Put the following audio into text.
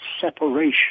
separation